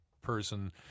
person